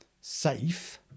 safe